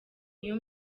iyo